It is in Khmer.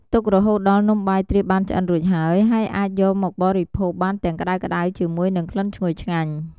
ទុករហូតដល់ នំបាយទ្រាបបានឆ្អិនរួចហើយ ហើយអាចយកមកបរិភោគបានទាំងក្តៅៗជាមួយនឹងក្លិនឈ្ងុយឆ្ងាញ់។